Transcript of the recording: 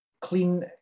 clean